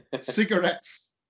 cigarettes